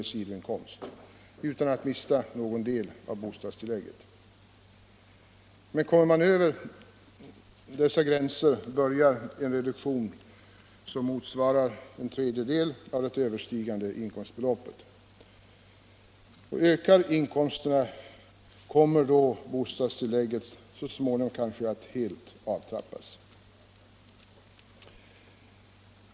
i sidoinkomst utan att mista någon del av bostadstillägget. Men kommer man över dessa gränser börjar en reduktion som motsvarar en tredjedel av det överstigande inkomstbeloppet. Ökar inkomsterna kommer bostadstillägget kanske så småningom att helt försvinna.